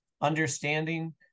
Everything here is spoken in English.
understanding